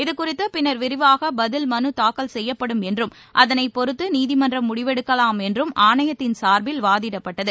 இதுகுறித்து பின்னர் விரிவாக பதில் மனு தாக்கல் செய்யப்படும் என்றும் அதனைப் பொறுத்து நீதிமன்றம் முடிவெடுக்கலாம் என்றும் ஆணையத்தின் சார்பில் வாதிடப்பட்டது